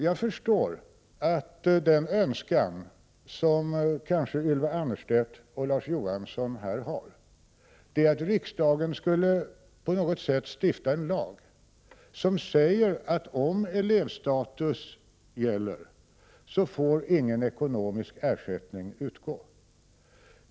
Jag förstår att den önskan som kanske Ylva Annerstedt och Lars Johansson här har är att riksdagen på något skulle sätt stifta en lag om att om elevstatus gäller får ingen ekonomisk ersättning utgå.